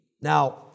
Now